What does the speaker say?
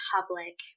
public